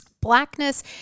Blackness